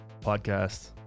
podcast